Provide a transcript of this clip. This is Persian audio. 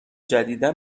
جدیدا